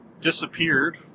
disappeared